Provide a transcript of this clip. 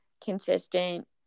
consistent